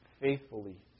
faithfully